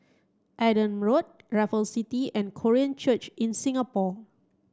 Adam Road Raffles City and Korean Church in Singapore